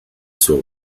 suo